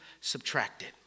subtracted